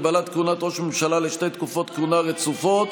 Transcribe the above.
הגבלת כהונת ראש ממשלה לשתי תקופות כהונה רצופות),